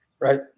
Right